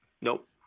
Nope